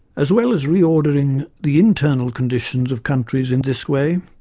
as well as reordering the internal conditions of countries in this way,